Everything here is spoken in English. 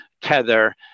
Tether